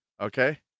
Okay